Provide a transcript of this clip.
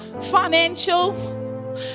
financial